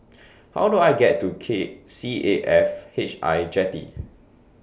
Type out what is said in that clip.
How Do I get to K C A F H I Jetty